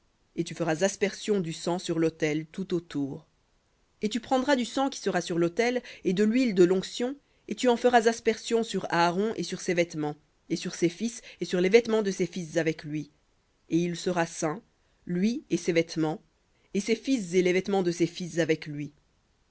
et tu feras aspersion du sang sur l'autel tout autour et tu prendras du sang qui sera sur l'autel et de l'huile de l'onction et tu en feras aspersion sur aaron et sur ses vêtements et sur ses fils et sur les vêtements de ses fils avec lui et il sera saint lui et ses vêtements et ses fils et les vêtements de ses fils avec lui